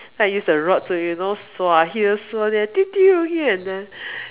then I use the rod to you know here there here and there